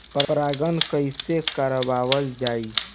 परागण कइसे करावल जाई?